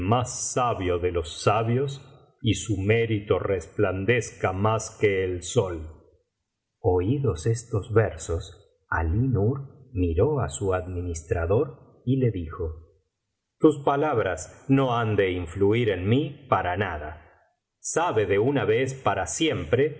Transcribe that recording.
más sabio de los sabios y su mérito resplandezca más que el sol oídos estos versos alí nur miró á su administrador y le dijo tus palabras no han de influir en mí para nada sabe de una vez para siempre